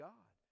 God